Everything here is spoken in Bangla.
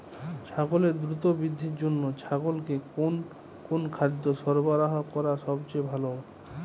ছাগলের দ্রুত বৃদ্ধির জন্য ছাগলকে কোন কোন খাদ্য সরবরাহ করা সবচেয়ে ভালো?